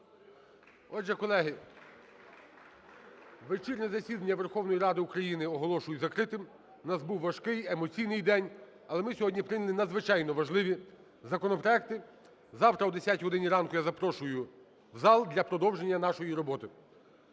Отже, колеги, вечірнє засідання Верховної Ради України оголошую закритим, у нас був важкий, емоційний день, але ми сьогодні прийняли надзвичайно важливі законопроекти. Завтра о 10-й годині ранку я запрошую в зал для продовження нашої роботи.